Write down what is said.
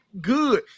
good